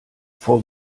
vor